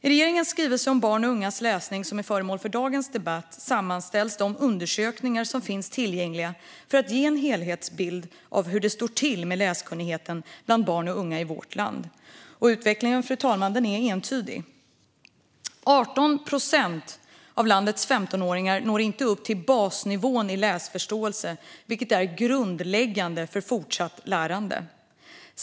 I regeringens skrivelse om barns och ungas läsning, som är föremål för dagens debatt, sammanställs de undersökningar som finns tillgängliga för att ge en helhetsbild av hur det står till med läskunnigheten bland barn och unga i vårt land. Och utvecklingen, fru talman, är entydig. Av landets 15åringar är det 18 procent som inte når upp till basnivån i läsförståelse, vilket är grundläggande för fortsatt lärande.